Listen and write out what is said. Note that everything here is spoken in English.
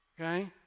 Okay